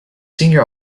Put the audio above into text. senior